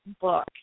book